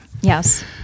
Yes